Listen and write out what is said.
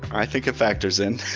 i think it factors in.